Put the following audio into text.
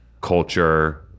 culture